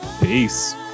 peace